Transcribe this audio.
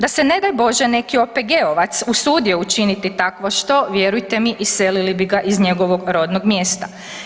Da se ne daj Bože neki OPG-ovac usudio učiniti takvo što, vjerujte mi, iselili bi ga iz njegovog rodnog mjesta.